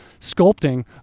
sculpting